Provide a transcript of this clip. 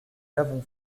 l’avons